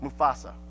Mufasa